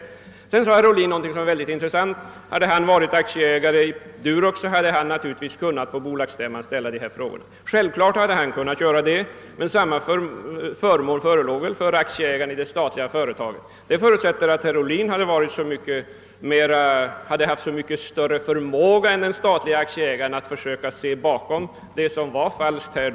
Vidare sade herr Ohlin att om han hade varit aktieägare i Durox, så skulle han ha kunnat på bolagsstämman ställa frågor av den art han nämnde. Självklart hade han kunnat göra det, men denna förmån hade ju redan aktieägaren i det statliga företaget. Herr Ohlins resonemang förutsätter alltså att han hade haft så mycket större förmåga än den statliga aktieägaren att se bakom det som var falskt här.